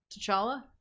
T'Challa